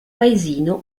paesino